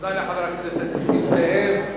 תודה לחבר הכנסת נסים זאב.